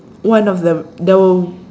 one of them the w~